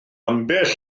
ambell